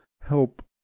help